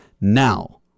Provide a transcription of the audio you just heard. Now